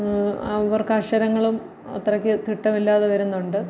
അവർക്ക് അക്ഷരങ്ങളും അത്രക്ക് തിട്ടമില്ലാതെ വരുന്നുണ്ട്